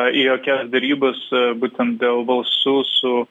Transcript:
į jokias derybas būtent dėl balsų su